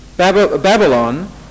Babylon